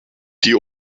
die